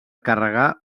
carregar